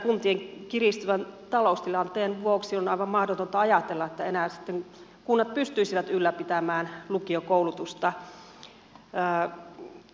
kuntien kiristyvän taloustilanteen vuoksi on aivan mahdotonta ajatella että kunnat enää pystyisivät ylläpitämään lukiokoulutusta